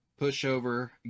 pushover